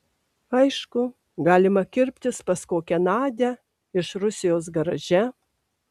aišku galima kirptis pas kokią nadią iš rusijos garaže